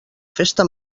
festa